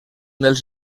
dels